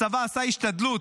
הצבא עשה השתדלות.